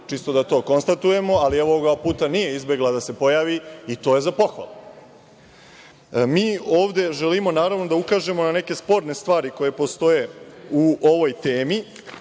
čisto da to konstatujemo, ali ovoga puta nije izbegla da se pojavi, i to je za pohvalu. Mi ovde želimo da ukažemo na neke sporne stvari koje postoje u ovoj temi,